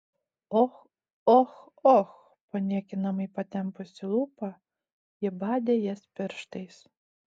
och och och paniekinamai patempusi lūpą ji badė jas pirštais